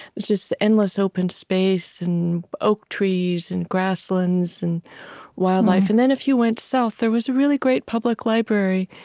just endless open space, and oak trees, and grasslands, and wildlife and then if you went south, there was a really great public library.